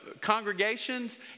congregations